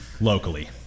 locally